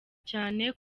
cyane